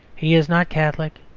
he is not catholic,